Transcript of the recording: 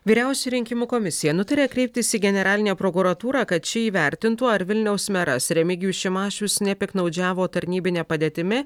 vyriausioji rinkimų komisija nutarė kreiptis į generalinę prokuratūrą kad ši įvertintų ar vilniaus meras remigijus šimašius nepiktnaudžiavo tarnybine padėtimi